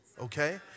Okay